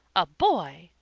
a boy!